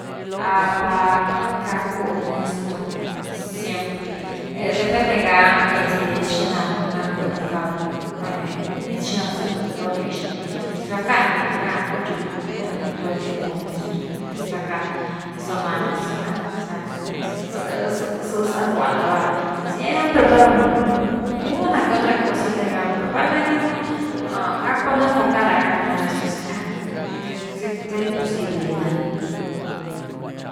par gacku honesto siempre, depende ga este xina nacku educado, mer ginia xina bzedrava liga xina, raxkan, raxkan riu, todo el tiepo honesto val ni zi rackan ze, ze za rguani na vasiempre pa run. una que otra cosita gan per val na gininu gack pa un enfocar a gacnu honesto, sackan, per queity, queity imposible di na’ni.